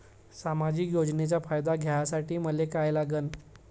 सामाजिक योजनेचा फायदा घ्यासाठी मले काय लागन?